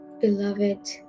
beloved